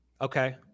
Okay